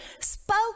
spoke